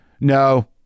No